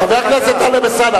חבר הכנסת טלב אלסאנע,